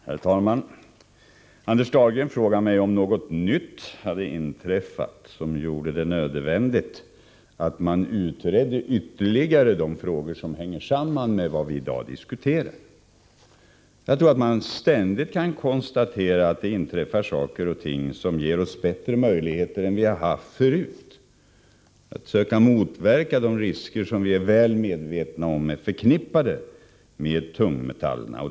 Herr talman! Anders Dahlgren frågade mig om någonting nytt hade inträffat som gjorde det nödvändigt att man ytterligare utredde de frågor som hänger samman med vad vi i dag diskuterar. Jag tycker att man ständigt kan konstatera att det inträffar saker och ting som ger oss bättre möjligheter än vi har haft förut att söka motverka de risker som vi är väl medvetna om är förknippade med tungmetallerna.